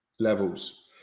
levels